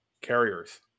carriers